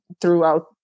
throughout